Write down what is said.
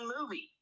movie